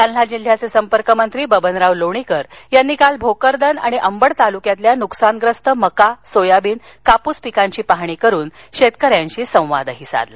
जालना जिल्ह्याचे संपर्कमंत्री बबनराव लोणीकर यांनी काल भोकरदन आणि अंबड तालुक्यातल्या नुकसानग्रस्त मका सोयाबीन कापूस पिकांची पाहणी करून शेतकऱ्यांशी संवाद साधला